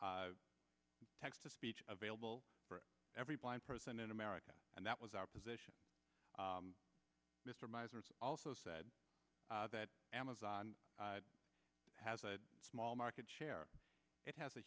text to speech available for every blind person in america and that was our position mr misers also said that amazon has a small market share it has a